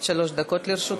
אדוני, עד שלוש דקות לרשותך.